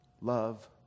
Love